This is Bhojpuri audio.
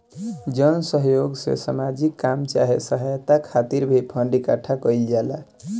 जन सह योग से सामाजिक काम चाहे सहायता खातिर भी फंड इकट्ठा कईल जाला